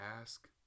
ask